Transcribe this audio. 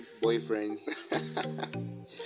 boyfriends